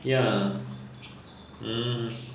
ya ah